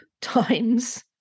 times